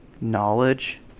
knowledge